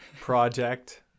project